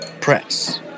press